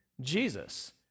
Jesus